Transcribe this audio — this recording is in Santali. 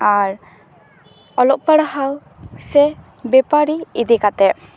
ᱟᱨ ᱚᱞᱚᱜ ᱯᱟᱲᱦᱟᱣ ᱥᱮ ᱵᱮᱯᱟᱨᱤ ᱤᱫᱤ ᱠᱟᱛᱮ